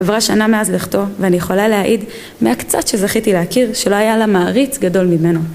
עברה שנה מאז לכתו, ואני יכולה להעיד מהקצת שזכיתי להכיר שלא היה לה מעריץ גדול ממנו.